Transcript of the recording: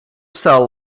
cell